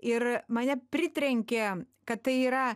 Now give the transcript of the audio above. ir mane pritrenkė kad tai yra